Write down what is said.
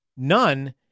None